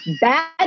Bad